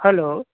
hello